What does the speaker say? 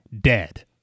dead